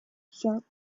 sharp